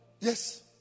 Yes